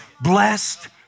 blessed